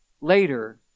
later